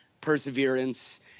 perseverance